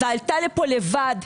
ועלתה לפה לבד.